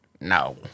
no